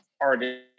artist